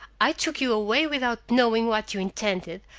i took you away without knowing what you intended,